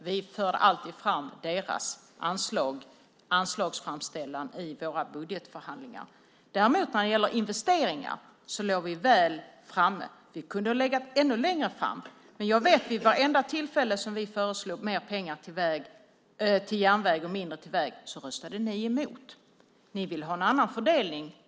Vi förde alltid fram deras anslagsframställan i våra budgetförhandlingar. När det däremot gäller investeringar låg vi långt framme. Vi hade kunnat ligga ännu längre framme. Men jag vet att ni vid vartenda tillfälle vi föreslog mer pengar till järnväg och mindre pengar till väg röstade emot. Ni ville ha en annan fördelning.